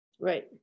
Right